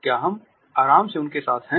क्या हम आराम से या उनके साथ हैं